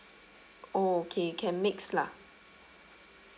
oh okay can mix lah